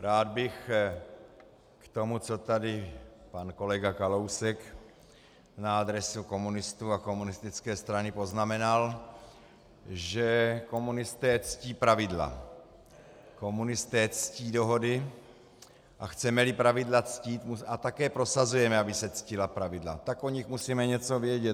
Rád bych k tomu, co tady pan kolega Kalousek na adresu komunistů a komunistické strany poznamenal, že komunisté ctí pravidla, komunisté ctí dohody, a chcemeli pravidla ctít a také prosazujeme, aby se ctila pravidla, tak o nich musíme něco vědět.